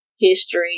history